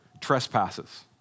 trespasses